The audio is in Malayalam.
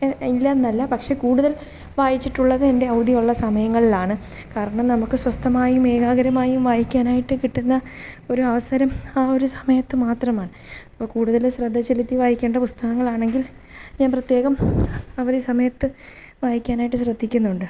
ഇല്ലന്നല്ല പക്ഷേ കൂടുതല് വായിച്ചിട്ടുള്ളത് എന്റെ അവധിയുള്ള സമയങ്ങളിലാണ് കാരണം നമുക്ക് സ്വസ്ഥമായും ഏകാഗ്രമായും വായിക്കാനായിട്ട് കിട്ടുന്ന ഒരു അവസരം ആ ഒരു സമയത്ത് മാത്രമാണ് അപ്പം കൂടുതൽ ശ്രദ്ധ ചെലുത്തി വായിക്കേണ്ട പുസ്തകങ്ങളാണെങ്കില് ഞാന് പ്രത്യേകം അവധി സമയത്ത് വായിക്കാനായിട്ട് ശ്രദ്ധിക്കുന്നൊണ്ട്